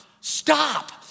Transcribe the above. stop